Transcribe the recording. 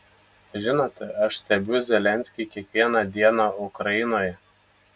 žinote aš stebiu zelenskį kiekvieną dieną ukrainoje